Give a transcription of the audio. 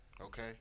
Okay